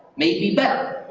made me better,